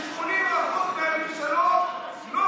יש פה חברי כנסת מתל אביב שב-80% מהממשלות,